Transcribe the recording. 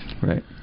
Right